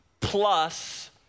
plus